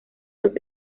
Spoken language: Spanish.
los